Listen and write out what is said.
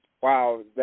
Wow